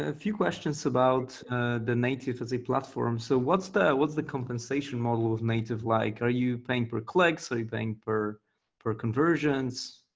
ah few questions about the native as a platform. so what's the what's the compensation model of native like? are you paying per click? are so you paying per per conversions?